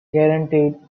guaranteed